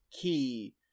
key